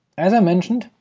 as i mentioned,